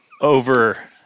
Over